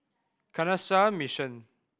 Canossian Mission